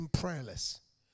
prayerless